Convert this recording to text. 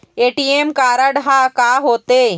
ATM card हा का होते?